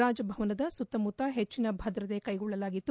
ರಾಜಭವನದ ಸುತ್ತಮುತ್ತ ಹೆಚ್ಚಿನ ಭದ್ರತೆ ಕೈಗೊಳ್ಳಲಾಗಿತ್ತು